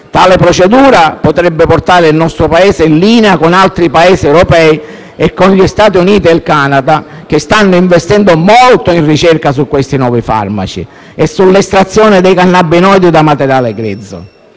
Tale procedura potrebbe mettere il nostro Paese in linea con altri Paesi europei e con gli Stati Uniti e il Canada, che stanno investendo molto in ricerca su questi nuovi farmaci e sull'estrazione dei cannabinoidi da materiale grezzo.